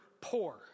poor